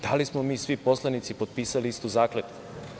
Da li smo mi svi poslanici potpisali istu zakletvu?